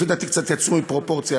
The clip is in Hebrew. לפי דעתי, קצת יצאו מפרופורציה.